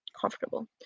comfortable